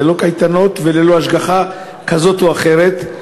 ללא קייטנות וללא השגחה כזאת או אחרת.